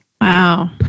Wow